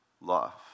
love